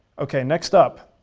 okay, next up,